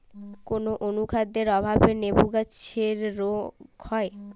কোন অনুখাদ্যের অভাবে লেবু গাছের রোগ হয়?